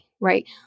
right